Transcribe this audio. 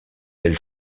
elle